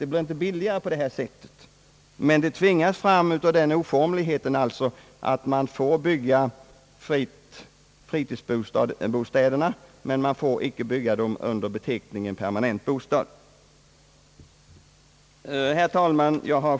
Det blir inte billigare på detta sätt, men det tvingas fram av den oformligheten att man fritt får bygga fritidshus men inte får bygga permanentbostäder. Herr talman!